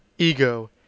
Ego